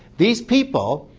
these people,